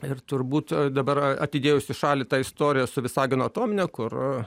ir turbūt dabar atidėjus į šalį tą istoriją su visagino atomine kur